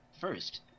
first